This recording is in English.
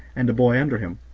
and a boy under him.